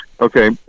Okay